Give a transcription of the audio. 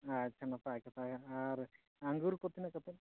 ᱟᱪᱪᱷᱟ ᱱᱟᱯᱟᱭ ᱠᱟᱛᱷᱟ ᱜᱮ ᱟᱨ ᱟᱹᱜᱩᱨ ᱠᱚ ᱛᱤᱱᱟᱹᱜ ᱠᱟᱛᱮ